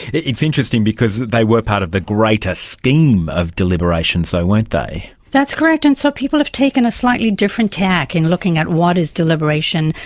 it's interesting because they were part of the greater scheme of deliberations though, weren't they. that's correct, and so people have taken a slightly different tack in looking at what is deliberation,